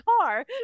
car